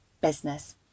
business